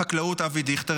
החקלאות אבי דיכטר,